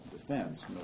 defense